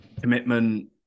commitment